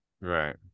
right